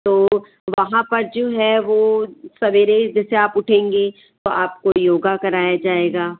तो वहाँ पर जो है वो सवेरे जैसे आप उठेंगे तो आपको योग काराया जाएगा